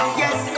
yes